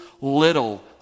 little